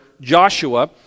Joshua